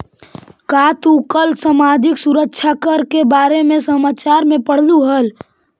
का तू कल सामाजिक सुरक्षा कर के बारे में समाचार में पढ़लू हल